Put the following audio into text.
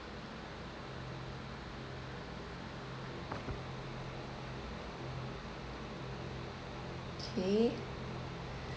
K